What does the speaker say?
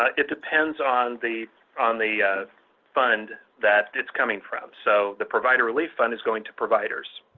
ah it depends on the on the fund that it's coming from. so, the provider relief fund is going to providers.